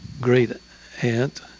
great-aunt